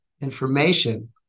information